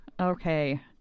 Okay